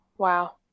Wow